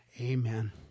amen